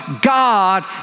God